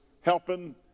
helping